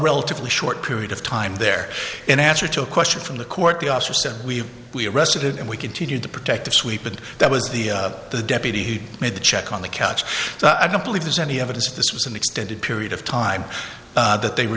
relatively short period of time there in answer to a question from the court the officer said we we arrested and we continued the protective sweep and that was the the deputy made the check on the catch i don't believe there's any evidence this was an extended period of time that they were